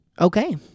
okay